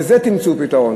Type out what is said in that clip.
לזה תמצאו פתרון.